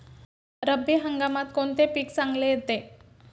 रब्बी हंगामात कोणते पीक चांगले येते?